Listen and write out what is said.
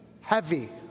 heavy